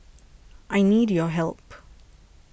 I need your help